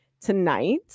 tonight